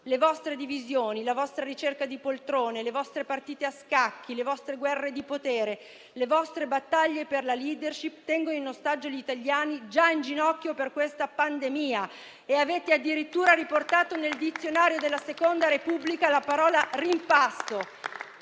Le vostre divisioni, la vostra ricerca di poltrone, le vostre partite a scacchi, le vostre guerre di potere, le vostre battaglie per la *leadership* tengono in ostaggio gli italiani, già in ginocchio per la pandemia. E avete addirittura riportato nel dizionario della seconda Repubblica la parola rimpasto.